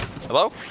Hello